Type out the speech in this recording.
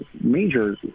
major